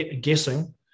guessing